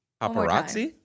paparazzi